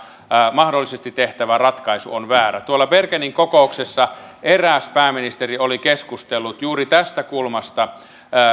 mahdollisesti tehtävä ratkaisu on väärä tuolla bergenin kokouksessa eräs pääministeri oli keskustellut juuri tästä kulmasta